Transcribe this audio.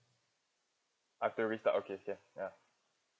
I've to restart okay ya ya